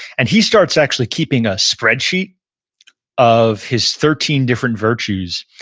and he starts actually keeping a spreadsheet of his thirteen different virtues.